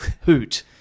Hoot